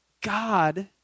God